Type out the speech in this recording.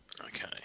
Okay